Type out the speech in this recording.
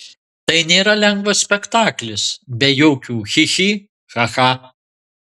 tai nėra lengvas spektaklis be jokių chi chi cha cha